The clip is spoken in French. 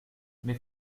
mais